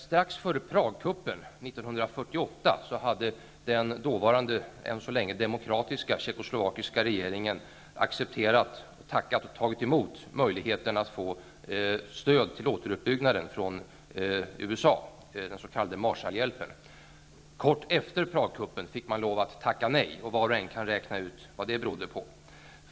Strax före Pragkuppen 1948 hade den dåvarande än så länge demokratiska tjeckoslovakiska regeringen accepterat, tackat och tagit emot möjligheten att få stöd till återuppbyggnaden från USA, den s.k. Marshallhjälpen. Kort efter Pragkuppen fick man lov att tacka nej. Var och en kan räkna ut vad det berodde på.